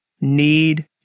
need